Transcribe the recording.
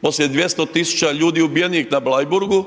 poslije 200 tisuća ljudi ubijenih na Bleiburgu?